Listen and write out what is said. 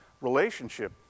relationship